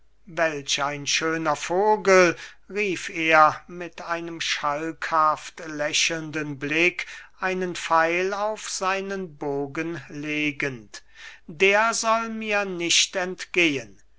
welch ein schöner vogel rief er mit einem schalkhaft lächelnden blick einen pfeil auf seinen bogen legend der soll mir nicht entgehen